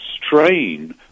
strain